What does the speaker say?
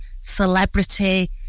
celebrity